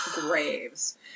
graves